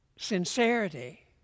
sincerity